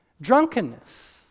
drunkenness